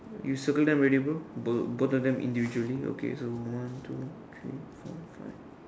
you circle them already bro both both of them individually okay so one two three four five